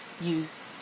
use